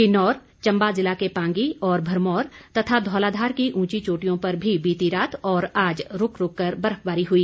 किन्नौर चंबा जिला के पांगी और भरमौर तथा धौलाधार की उंची चोटियों पर भी बीती रात और आज रूक रूक कर बर्फबारी हुई